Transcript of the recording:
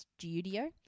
studio